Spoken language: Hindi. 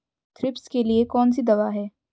थ्रिप्स के लिए कौन सी दवा है?